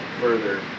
further